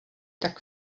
tak